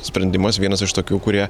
sprendimas vienas iš tokių kurie